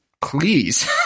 please